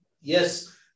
Yes